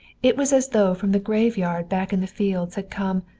it was as though from the graveyard back in the fields had come,